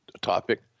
topic